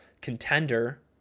contender